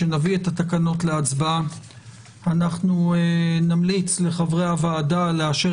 נביא את התקנות להצבעה אנחנו נמליץ לחברי הוועדה לאשר